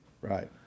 Right